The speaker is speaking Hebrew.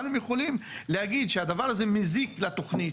אבל הם יכולים להגיד שהדבר הזה יזיק לתוכנית,